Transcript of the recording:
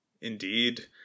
Indeed